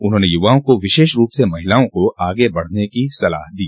उन्होंने युवाओं को विशेष रूप से महिलाओं को आगे बढ़ने को सलाह दी